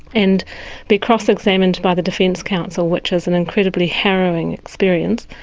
and be cross examined by the defence counsel which is an incredibly harrowing experience.